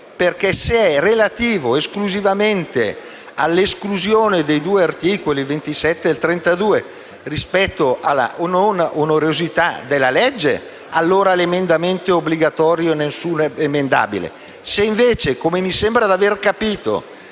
Se è relativo esclusivamente all'esclusione degli articoli 27 e 32 rispetto alla non onerosità della legge, allora l'emendamento è obbligatorio e non è subemendabile.